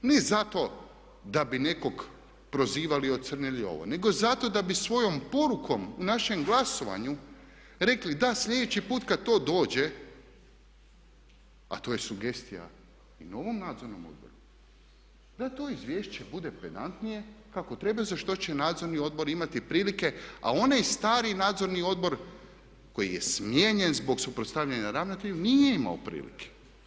Ne zato da bi nekog prozivali i ocrnili nego zato da bi svojom porukom našem glasovanju rekli da sljedeći put kad to dođe a to je sugestija i novom nadzornom odboru da to izvješće bude pedantnije kako treba za što će nadzorni odbor imati prilike, a onaj stari nadzorni odbor koji je smijenjen zbog suprotstavljanja ravnatelju nije imao prilike.